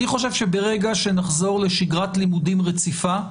אני חושב שברגע שנחזור לשגרת לימודים רציפה,